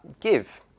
give